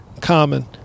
Common